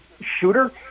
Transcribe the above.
shooter